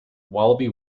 wallaby